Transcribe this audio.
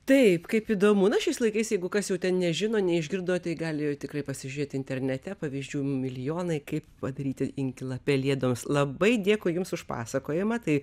taip kaip įdomu na šiais laikais jeigu kas jau ten nežino neišgirdo tai gali tikrai pasižiūrėti internete pavyzdžių milijonai kaip padaryti inkilą pelėdoms labai dėkui jums už pasakojamą tai